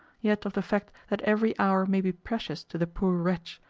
yet of the fact that every hour may be precious to the poor wretch,